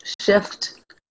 shift